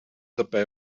dabei